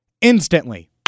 Instantly